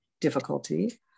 difficulty